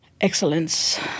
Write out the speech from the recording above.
excellence